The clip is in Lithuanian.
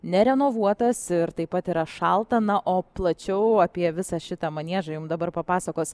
nerenovuotas ir taip pat yra šalta na o plačiau apie visą šitą maniežą jum dabar papasakos